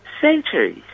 centuries